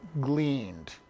gleaned